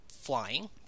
Flying